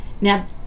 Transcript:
Now